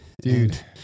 dude